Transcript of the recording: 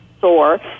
sore